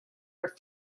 are